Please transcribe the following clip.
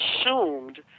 assumed